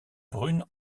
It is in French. brunes